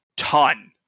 ton